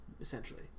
essentially